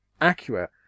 accurate